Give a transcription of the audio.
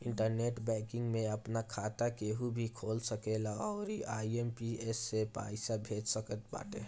internet banking में आपन खाता केहू भी खोल सकेला अउरी आई.एम.पी.एस से पईसा भेज सकत बाटे